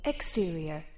Exterior